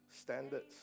standards